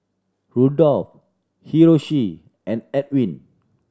Rudolfo Hiroshi and Elwin